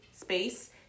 space